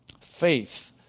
Faith